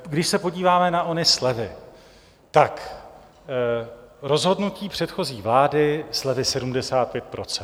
Když se podíváme na ony slevy, tak rozhodnutí předchozí vlády slevy 75 %.